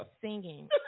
singing